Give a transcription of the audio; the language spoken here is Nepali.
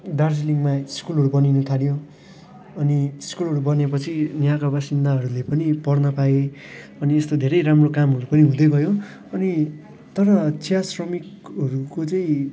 दार्जिलिङमा स्कुलहरू बनिन थाल्यो अनि स्कुलहरू बनिएपछि यहाँका बासिन्दाहरूले पनि पढ्न पाए अनि यस्तो धेरै राम्रो कामहरू पनि हुँदै गयो अनि तर चिया श्रमिकहरूको चाहिँ